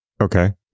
Okay